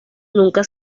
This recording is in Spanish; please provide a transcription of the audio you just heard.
nunca